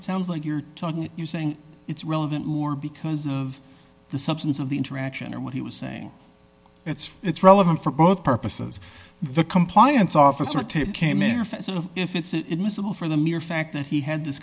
it sounds like you're talking you're saying it's relevant or because of the substance of the interaction or what he was saying it's it's relevant for both purposes the compliance officer came into office of if it's miserable for the mere fact that he had this